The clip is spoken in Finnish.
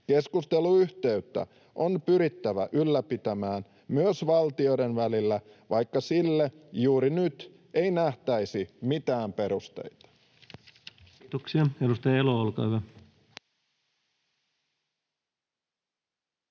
Keskusteluyhteyttä on pyrittävä ylläpitämään myös valtioiden välillä, vaikka sille juuri nyt ei nähtäisi mitään perusteita. [Speech 105] Speaker: